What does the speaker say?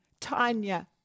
Tanya